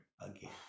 again